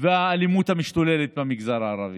ומכירים את האלימות המשתוללת במגזר הערבי.